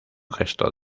gesto